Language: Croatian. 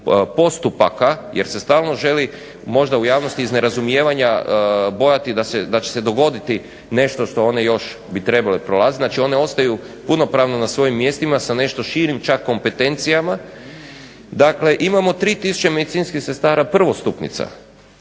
postupaka, jer se stalno želi možda u javnosti iz nerazumijevanja bojati da će se dogoditi nešto što one još bi trebale prolaziti, znači one ostaju punopravno na svojim mjestima sa nešto širim čak kompetencijama, dakle imamo 3 tisuće medicinskih sestara prvostupnica,